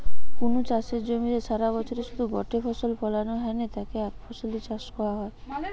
কুনু চাষের জমিরে সারাবছরে শুধু গটে ফসল ফলানা হ্যানে তাকে একফসলি চাষ কয়া হয়